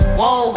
whoa